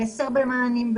חסר במענים,